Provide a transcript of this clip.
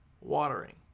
watering